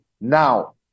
now